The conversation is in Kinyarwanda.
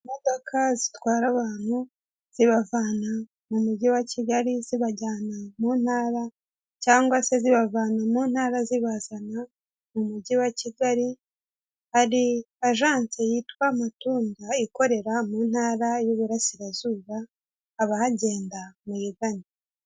Imodoka zitwara abantu zibavana mu mujyi wa Kigali zibajyana mu ntara cyangwa se zibavana mu ntara zibazana mu mujyi wa Kigali ari ajance yitwa matunda ikorera mu ntara y'uburarasirazuba abahagenda muyigane.